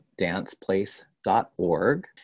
danceplace.org